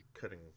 Cutting